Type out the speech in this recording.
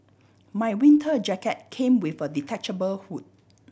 my winter jacket came with a detachable hood